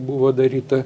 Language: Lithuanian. buvo daryta